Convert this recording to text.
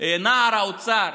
נער האוצר,